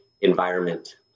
environment